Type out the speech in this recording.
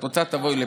את רוצה, תבואי לפה.